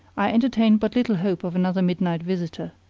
i entertained but little hope of another midnight visitor.